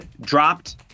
dropped